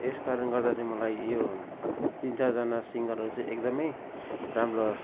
यस कारण गर्दा चाहिँ मलाई यो तिन चारजना सिङ्गरहरू चाहिँ एकदमै राम्रो लाग्छ